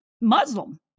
Muslim